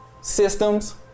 systems